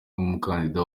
umukandida